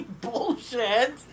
bullshit